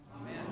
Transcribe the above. amen